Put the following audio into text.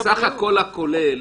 -- אבל בסך הכול הכולל